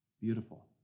Beautiful